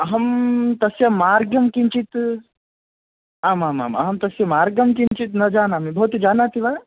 अहं तस्य मार्गं किञ्चित् आमामाम् अहं तस्य मार्गं किञ्चित् न जानामि भवती जानाति वा